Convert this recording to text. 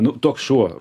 nu toks šuo